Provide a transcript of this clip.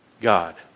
God